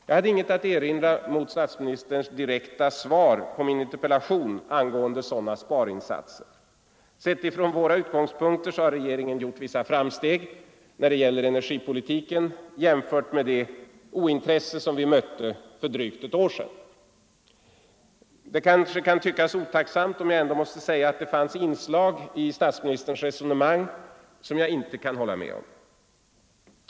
Jag hade inget att erinra mot statsministerns svar på min interpellation angående sådana sparinsatser. Sett ifrån våra utgångspunkter har regeringen gjort vissa framsteg när det gäller energipolitiken, jämfört med det ointresse som vi mötte för drygt ett år sedan. Det kan kanske tyckas otacksamt, om jag ändå måste säga att det finns inslag i statsministerns resonemang som jag inte kan hålla med om.